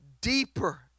Deeper